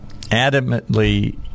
adamantly